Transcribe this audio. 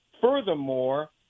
Furthermore